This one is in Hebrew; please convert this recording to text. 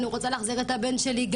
אני רוצה להחזיר את הבן שלי,